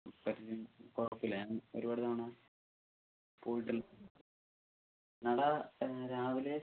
കുഴപ്പമില്ല ഞാൻ ഒരുപാട് തവണ പോയിട്ടുള്ള നട രാവിലെ